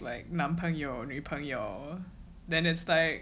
like 男朋友女朋友：nan peng you nv peng you then it's like